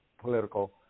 political